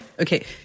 Okay